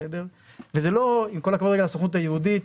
עם כל הכבוד לסוכנות היהודית,